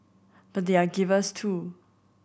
but they are givers too